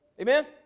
amen